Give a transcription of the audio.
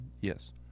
yes